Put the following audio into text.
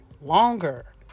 longer